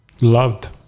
loved